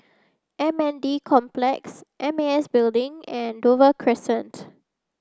M N D Complex M A S Building and Dover Crescent